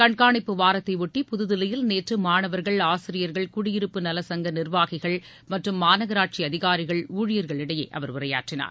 கண்காணிப்பு வாரத்தையொட்டி புதுதில்லியில் நேற்று மாணவர்கள் ஆசிரியர்கள் குடியிருப்பு நலச்சங்க நிர்வாகிகள் மற்றும் மாநகராட்சி அதிகாரிகள் ஊழியர்களிடையே அவர் உரையாற்றினார்